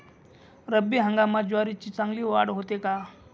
रब्बी हंगामात ज्वारीची चांगली वाढ होते का?